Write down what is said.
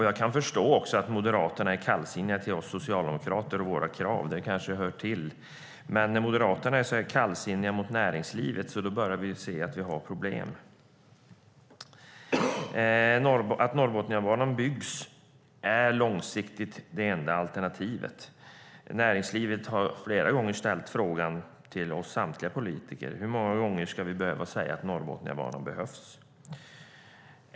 Jag kan förstå att Moderaterna är kallsinniga till oss socialdemokrater och våra krav. Det kanske hör till. Men när Moderaterna är så kallsinniga mot näringslivet börjar vi se att vi har problem. Att Norrbotniabanan byggs är långsiktigt det enda alternativet. Näringslivet har flera gånger ställt frågan till samtliga politiker: Hur många gånger ska vi behöva säga att Norrbotniabanan behövs?